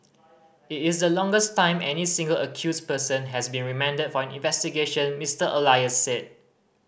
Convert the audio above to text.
it is the longest time any single accused person has been remanded for an investigation Mister Elias said